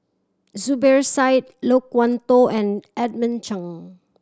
Zubir Said Loke Tho and Edmund Cheng